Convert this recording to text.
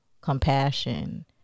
compassion